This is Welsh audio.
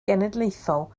genedlaethol